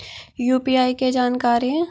UPI के जानकारी?